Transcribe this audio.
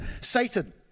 Satan